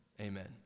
amen